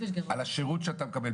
על השירות שאתה מקבל,